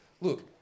Look